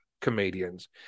comedians